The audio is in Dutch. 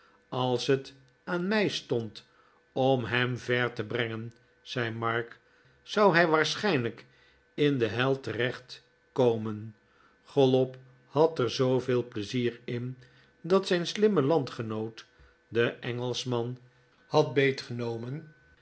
als het aan mij stond om hem ver te brengen zei mark zou hij waarschijnlijk in de hel terecht komen chollop had er zooveel pleizier in dat zijn slimme landgenoot den engelschman